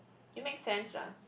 it make sense lah